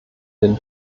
den